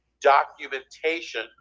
documentation